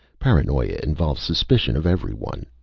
paranoia involves suspicion of everyone.